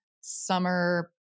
summer